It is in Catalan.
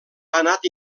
anat